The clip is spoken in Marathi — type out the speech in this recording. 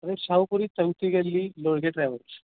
आम्ही शाहूपुरी चौथी गल्ली लोळगे ट्रॅव्हल्स